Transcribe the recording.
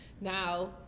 Now